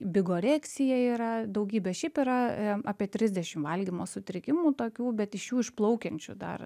bigorekcija yra daugybė šiaip yra apie trisdešim valgymo sutrikimų tokių bet iš jų išplaukiančių dar